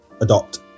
adopt